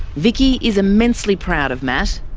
vicki is immensely proud of matt.